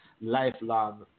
lifelong